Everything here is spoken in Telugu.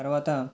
తరువాత